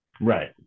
Right